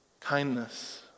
kindness